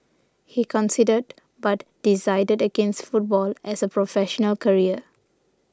he considered but decided against football as a professional career